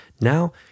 now